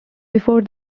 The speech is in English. before